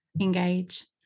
engage